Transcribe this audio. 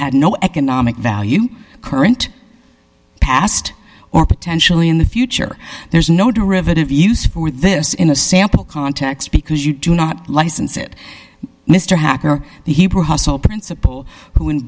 had no economic value current past or potentially in the future there's no derivative use for this in the sample context because you do not license it mr hacker the hebrew hustle principal wh